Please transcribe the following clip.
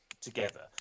together